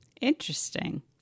Interesting